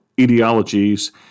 ideologies